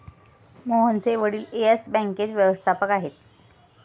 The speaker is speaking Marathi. मोहनचे वडील येस बँकेत व्यवस्थापक आहेत